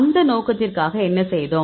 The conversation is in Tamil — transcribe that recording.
அந்த நோக்கத்திற்காக என்ன செய்தோம்